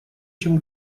чем